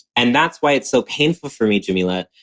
and that's why it's so painful for me, jameela,